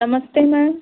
नमस्ते मैम